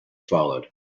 followed